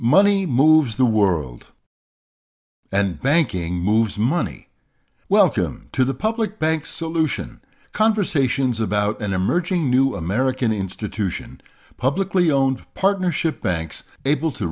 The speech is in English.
money moves the world and banking moves money welcome to the public bank solution conversations about an emerging new american institution a publicly owned partnership banks able to